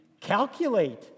calculate